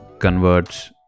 converts